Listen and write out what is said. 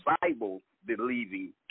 Bible-believing